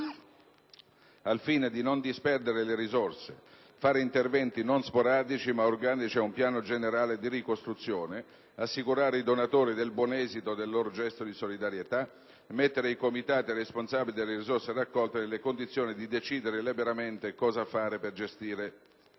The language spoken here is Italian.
al fine di: non disperdere le risorse; effettuare interventi non sporadici, ma organici a un piano generale di ricostruzione; assicurare i donatori del buon esito del loro gesto di solidarietà; mettere i comitati e i responsabili delle risorse raccolte nella condizione di decidere liberamente cosa fare per gestire direttamente